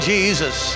Jesus